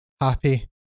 happy